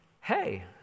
hey